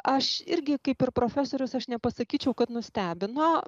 aš irgi kaip ir profesorius aš nepasakyčiau kad nustebino